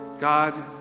God